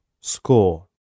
Score